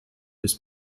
his